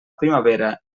primavera